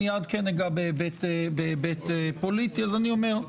אני מיד כן אגע בהיבט פוליטי אז אני אומר,